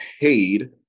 paid